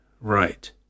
right